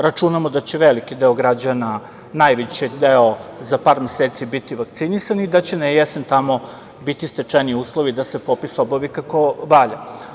Računamo da će veliki deo građana, najveći deo za par meseci biti vakcinisan i da će tamo na jesen biti stečeni uslovi da se popis obavi kako valja.